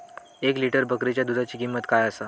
एक लिटर बकरीच्या दुधाची किंमत काय आसा?